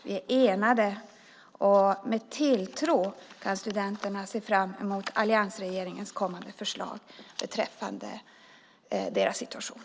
Vi är enade, och studenterna kan med tilltro se fram emot alliansregeringens kommande förslag när det gäller deras situation.